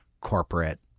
corporate